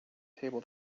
table